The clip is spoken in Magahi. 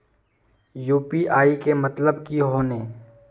यु.पी.आई के मतलब की होने?